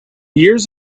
years